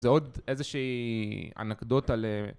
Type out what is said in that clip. זה עוד איזה שהיא אנקדוטה ל...